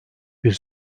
bir